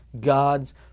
God's